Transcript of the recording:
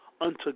unto